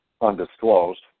undisclosed